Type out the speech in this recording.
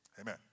Amen